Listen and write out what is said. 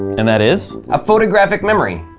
and that is? a photographic memory.